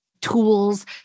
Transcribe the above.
tools